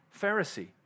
Pharisee